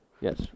Yes